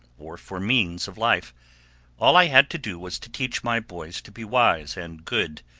or for means of life all i had to do was to teach my boys to be wise and good,